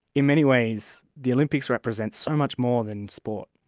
in many ways, the olympics represents so much more than sport.